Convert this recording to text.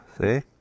See